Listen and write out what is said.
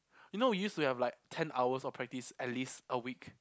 you know we used to have like ten hours of practice at least a week